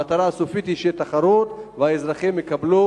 המטרה הסופית היא שתהיה תחרות והאזרחים יקבלו